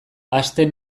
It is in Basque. hasten